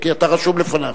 כי אתה רשום לפניו?